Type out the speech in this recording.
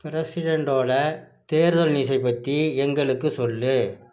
பிரெஸிடெண்ட்டோட தேர்தல் நியூஸை பற்றி எங்களுக்கு சொல்